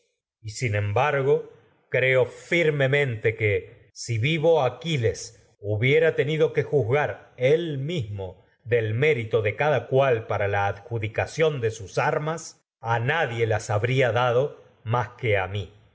y sin embargo creo firmemente si vivo aquiles hubiera tenido que juzgar él mismo del mérito de dicación de sus cada cual para la adju armas a se nadie las habría dado más que han a mi